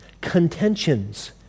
contentions